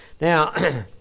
Now